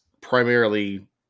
primarily